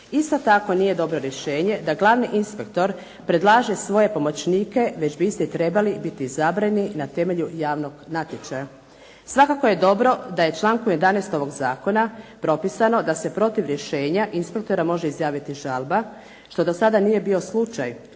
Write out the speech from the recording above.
Isto tako nije dobro rješenje da glavni inspektor predlaže svoje pomoćnike već bi isti trebali biti izabrani na temelju javnog natječaja. Svakako je dobro da je u članku 11. ovog zakona propisano da se protiv rješenja inspektora može izjaviti žalba što do sada nije bio slučaj,